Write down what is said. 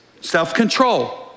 Self-control